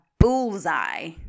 bullseye